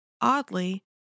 Oddly